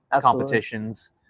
competitions